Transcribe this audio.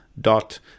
dot